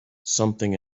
something